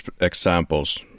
examples